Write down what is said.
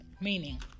Meaning